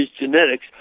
genetics